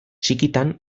txikitan